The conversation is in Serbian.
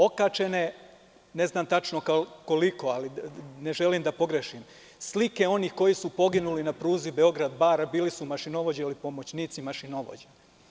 Okačene, ne znam tačno koliko, ali ne želim da pogrešim, slike onih koji su poginuli na pruzi Beograd-Bar bili su mašinovođe ili pomoćnici mašinovođa.